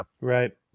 Right